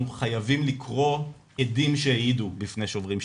חייבים לקרוא עדים שהעידו בפני "שוברים שתיקה",